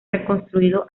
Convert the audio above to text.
reconstruido